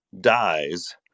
dies